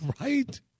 Right